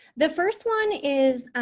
the first one is,